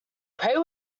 pray